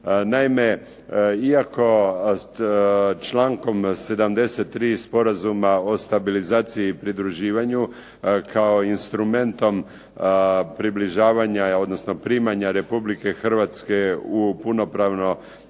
Naime iako člankom 73. sporazuma o stabilizaciji i pridruživanju kao instrumentom približavanja, odnosno primanja Republike Hrvatske u punopravno